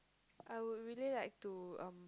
I would really like to um